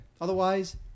Otherwise